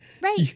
right